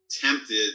tempted